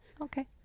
Okay